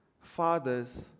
Fathers